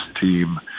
team